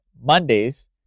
Mondays